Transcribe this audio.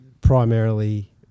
primarily